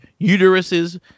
uteruses